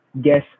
guess